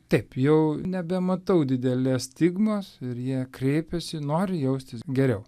taip jau nebematau didelės stigmos ir jie kreipiasi nori jaustis geriau